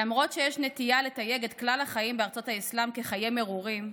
למרות שיש נטייה לתייג את כלל החיים בארצות האסלאם כחיי מרורים,